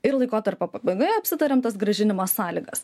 ir laikotarpio pabaigoje apsitariam tas grąžinimo sąlygas